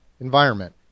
environment